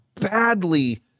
badly